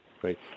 Great